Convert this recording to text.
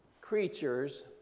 creatures